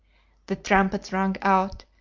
the trumpets rang out,